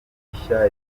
rishya